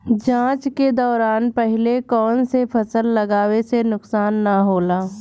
जाँच के दौरान पहिले कौन से फसल लगावे से नुकसान न होला?